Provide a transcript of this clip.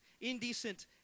indecent